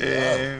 אה, יואב,